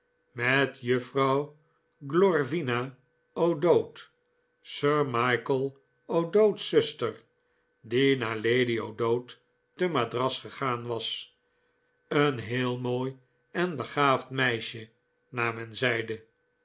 met juffrouw glorvina o'dowd sir michael o'dowd's zuster die naar lady o'dowd te madras gegaan was een heel mooi en begaafd meisje naar men zeide